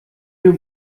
you